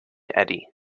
eddie